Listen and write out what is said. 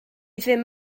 ddim